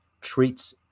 treats